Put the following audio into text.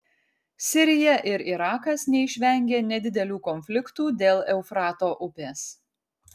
sirija ir irakas neišvengė nedidelių konfliktų dėl eufrato upės